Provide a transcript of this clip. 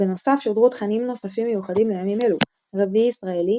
בנוסף שודרו תכנים נוספים מיוחדים לימים אלו רביעי ישראלי,